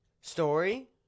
story